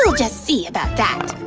so just see about that.